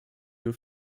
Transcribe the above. nur